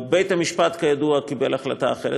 בית-המשפט, כידוע, קיבל החלטה אחרת.